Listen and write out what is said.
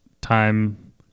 time